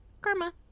Karma